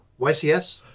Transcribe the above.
YCS